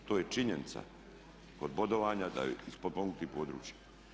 To je činjenica kod bodovanja da je iz potpomognutih područja.